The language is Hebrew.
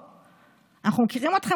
אנחנו מכירים אתכם,